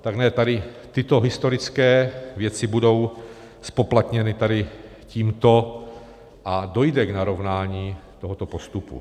Tak tady tyto historické věci budou zpoplatněny tímto a dojde k narovnání tohoto postupu.